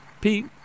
Pete